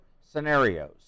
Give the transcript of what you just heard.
scenarios